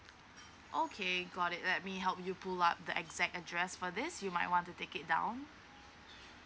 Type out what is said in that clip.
okay got it let me help you pull up the exact address for this you might want to take it down